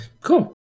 Cool